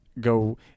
go